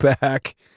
back